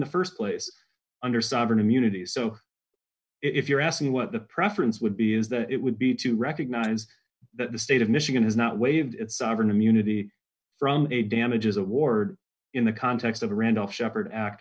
the st place under sovereign immunity so if you're asking what the preference would be is that it would be to recognize that the state of michigan has not waived its sovereign immunity from a damages award in the context of randall sheppard act